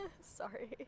sorry